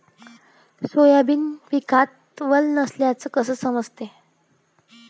Soybean पिकात वल नसल्याचं कस समजन?